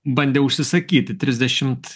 bandė užsisakyti trisdešimt